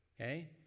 okay